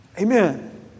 amen